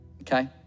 okay